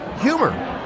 humor